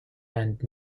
and